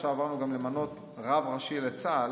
עכשיו עברנו גם למנות רב ראשי בצה"ל,